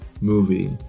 movie